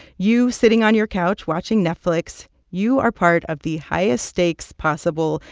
you sitting on your couch watching netflix you are part of the highest stakes possible,